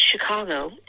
Chicago